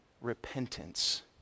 repentance